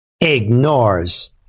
Ignores